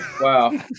Wow